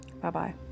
Bye-bye